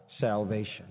salvation